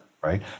right